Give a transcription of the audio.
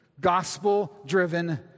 gospel-driven